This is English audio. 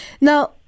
Now